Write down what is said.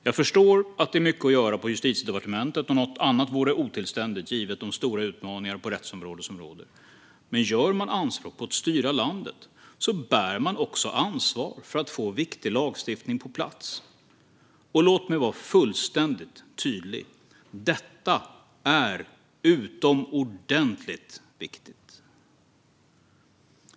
Jag förstår att det är mycket att göra på Justitiedepartementet. Något annat vore otillständigt, givet de stora utmaningar som råder på rättsområdet. Men gör man anspråk på att styra landet bär man också ansvar för att få viktig lagstiftning på plats. Låt mig vara fullständigt tydlig: Detta är utomordentligt viktigt.